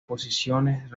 posiciones